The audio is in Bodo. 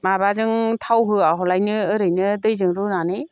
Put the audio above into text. माबाजों थाव होआ बालानो ओरैनो दैजों रुनानै